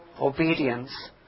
obedience